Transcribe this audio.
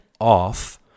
off